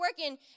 working